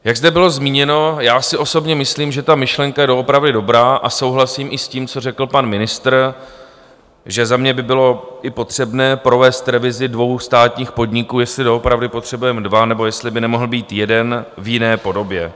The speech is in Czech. Jak zde bylo zmíněno, já si osobně myslím, že ta myšlenka je doopravdy dobrá, a souhlasím i s tím, co řekl pan ministr, že za mě by bylo i potřebné provést revizi dvou státních podniků, jestli doopravdy potřebujeme dva, nebo jestli by nemohl být jeden v jiné podobě.